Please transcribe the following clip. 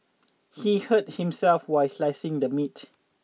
he hurt himself while slicing the meat